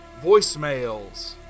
voicemails